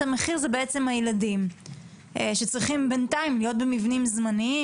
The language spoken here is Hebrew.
המחיר זה הילדים שצריכים בינתיים להיות במבנים זמניים